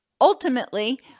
Ultimately